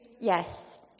Yes